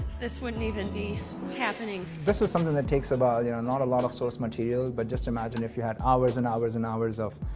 this wouldn't even be happening. this is something that takes about, you know, not a lot of source material. but just imagine if you had hours and hours and hours of